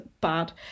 bad